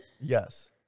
Yes